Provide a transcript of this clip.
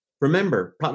Remember